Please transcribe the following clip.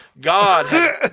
God